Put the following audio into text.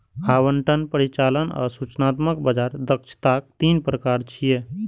आवंटन, परिचालन आ सूचनात्मक बाजार दक्षताक तीन प्रकार छियै